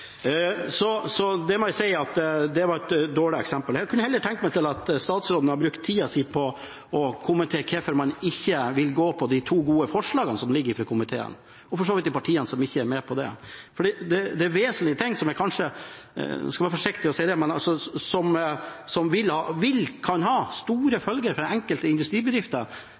det var et dårlig eksempel, må jeg si. Jeg kunne heller tenkt meg at statsråden hadde brukt tida si på å kommentere hvorfor man ikke vil gå for de to gode forslagene som ligger i innstillingen fra komiteen. Det gjelder for så vidt også de partiene som ikke er med på dem. Dette er vesentlige ting som – jeg skal være forsiktig med å si det – kan ha store følger for enkelte industribedrifter,